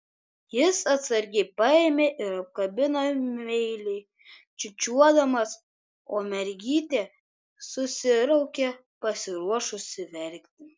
jis atsargiai paėmė ir apkabino meiliai čiūčiuodamas o mergytė susiraukė pasiruošusi verkti